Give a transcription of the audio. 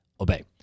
obey